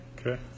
Okay